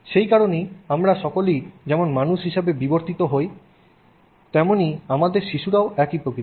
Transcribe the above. এই কারণেই আমরা সকলেই যেমন মানুষ হিসাবে বিবর্তিত হই তেমনি আমাদের শিশুরাও একই প্রকৃতির